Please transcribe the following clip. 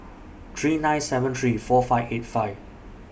three nine seven three four five eight five